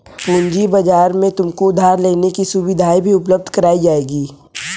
पूँजी बाजार में तुमको उधार लेने की सुविधाएं भी उपलब्ध कराई जाएंगी